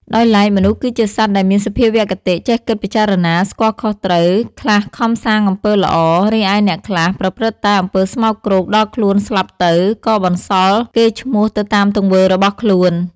ដោយឡែក មនុស្សគឺជាសត្វដែលមានសភាវគតិ ចេះគិតពិចារណា ស្គាល់ខុសត្រូវ ខ្លះខំសាងអំពើល្អ រីឯអ្នកខ្លះប្រព្រឹត្តតែអំពើស្មោកគ្រោក ដល់ខ្លួនស្លាប់ទៅ ក៏បន្សល់កេរ្តិ៍ឈ្មោះទៅតាមទង្វើរបស់ខ្លួន។